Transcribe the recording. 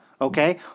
Okay